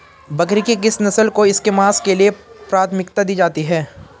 बकरी की किस नस्ल को इसके मांस के लिए प्राथमिकता दी जाती है?